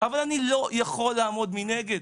אבל אני לא יכול לעמוד מנגד.